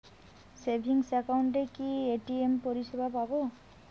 Savings একাউন্টে কি ATM পরিসেবা পাব?